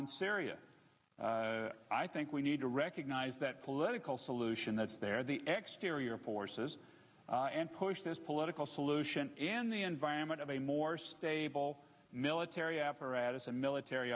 and syria i think we need to recognize that political solution that's there the exteriors forces and push this political solution in the environment of a more stable military apparatus a military